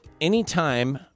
anytime